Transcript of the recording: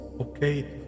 okay